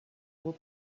will